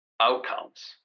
outcomes